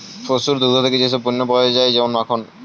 পশুর দুগ্ধ থেকে যেই সব পণ্য পাওয়া যায় যেমন মাখন, ঘি